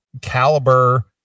caliber